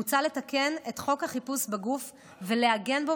מוצע לתקן את חוק החיפוש בגוף ולעגן בו